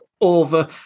over